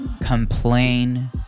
complain